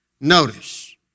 Notice